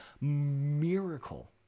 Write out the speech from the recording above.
miracle